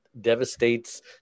devastates